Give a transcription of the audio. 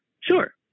sure